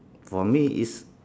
for me is